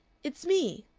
it's me!